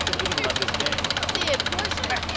then you're going to love this game you did, porsha. you